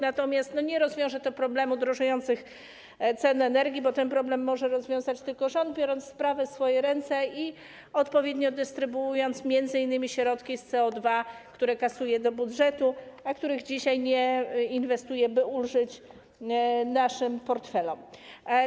Natomiast nie rozwiąże to problemu drożejących cen energii, bo ten problem może rozwiązać tylko rząd, biorąc sprawę w swoje ręce i odpowiednio dystrybuując m.in. środki z CO2, które kasuje do budżetu, a których dzisiaj nie inwestuje, by ulżyć naszym portfelom.